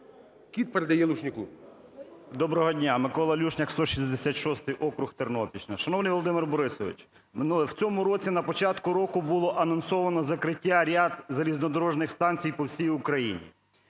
ЛЮШНЯК М.В. Доброго дня, Микола Люшняк 166 округ, Тернопільщина. Шановний Володимир Борисович, в цьому році, на початку року було анонсовано закриття ряд залізнодорожних станцій по всій Україні.